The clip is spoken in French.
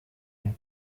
une